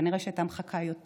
וכנראה שהיא הייתה מחכה יותר,